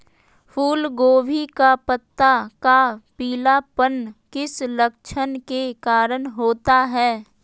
फूलगोभी का पत्ता का पीलापन किस लक्षण के कारण होता है?